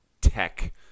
tech